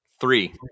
Three